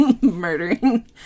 murdering